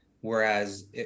whereas